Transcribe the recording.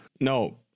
No